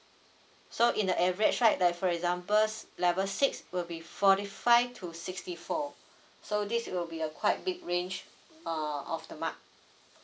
so in the average right like for examples level six will be forty five to sixty four so this will be a quite big range uh of the mark